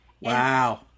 wow